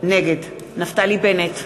נגד נפתלי בנט,